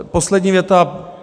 Poslední věta.